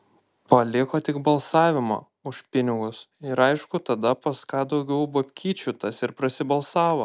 paliko tik balsavimą už pinigus ir aišku tada pas ką daugiau babkyčių tas ir prasibalsavo